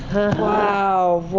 wow.